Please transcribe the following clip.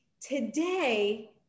Today